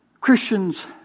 Christians